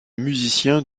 musicien